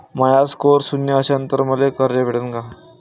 माया score शून्य असन तर मले कर्ज भेटन का?